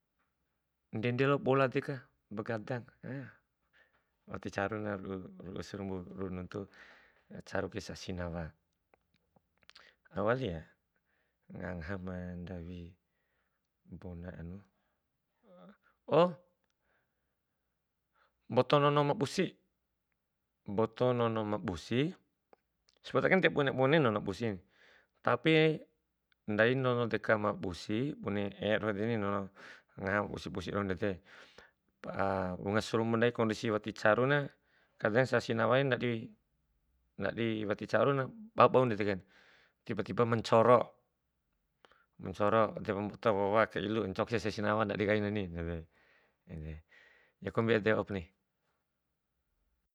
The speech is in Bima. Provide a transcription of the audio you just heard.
Ndede la'o boladeka begada ticaruna ru'u ru'u sarumbu, ru'u nuntu, ticaru kai sasi nawa, au wali ya, nga- ngaha ma ndawi bona anu, oh mboto nono ma busi, mboto nono ma busi, sepoda kain tibune bune nono ma busini tapi ndai nono deka ma busi bune es doho edeni nono, ngaha ma busi busi ndede, wunga sarumbu ndai kondisi wati caruna kadang sasi nawa ndadi ndandi wati caru na, mmba bau ndede kain tiba tiba mancoro, mancoro depa mboto wowa aka ilu, ncoki sasi nawa ndandi kaini kompi ede waupani.